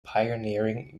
pioneering